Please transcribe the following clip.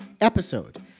episode